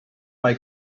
mae